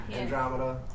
Andromeda